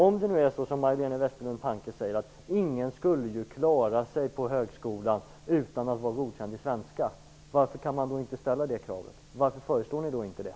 Om det är så som Majléne Westerlund Panke säger, att ingen skulle klara sig på högskolan utan att vara godkänd i svenska, varför kan man då inte ställa det kravet? Varför föreslår ni inte det?